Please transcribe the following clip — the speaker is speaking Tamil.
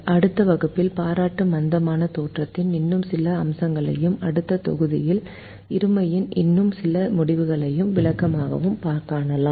அடுத்த வகுப்பில் பாராட்டு மந்தமான தேற்றத்தின் இன்னும் சில அம்சங்களையும் அடுத்த சில தொகுதிகளில் இருமையின் இன்னும் சில முடிவுகளையும் விளக்கங்களையும் காண்போம்